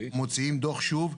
מוציאים דוח שוב.